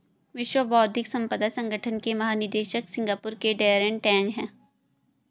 विश्व बौद्धिक संपदा संगठन के महानिदेशक सिंगापुर के डैरेन टैंग हैं